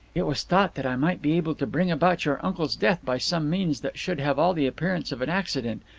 it was thought that i might be able to bring about your uncle's death by some means that should have all the appearance of an accident,